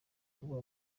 kuba